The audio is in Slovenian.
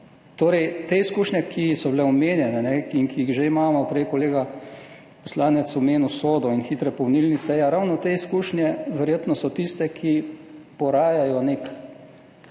Torej, te izkušnje, ki so bile omenjene in ki jih že imamo, prej je kolega poslanec omenil SODO in hitre polnilnice, ravno te izkušnje so verjetno tiste, ki porajajo nek